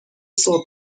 صبح